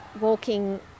walking